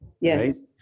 yes